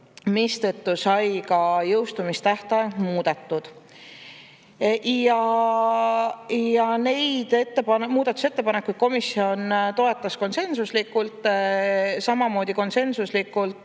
mistõttu said jõustumistähtajad muudetud. Neid muudatusettepanekuid komisjon toetas konsensuslikult. Samamoodi konsensuslikult